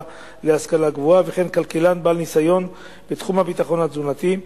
להשכלה גבוהה וכן כלכלן בעל ניסיון בתחום הביטחון התזונתי.